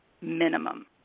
minimum